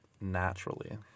naturally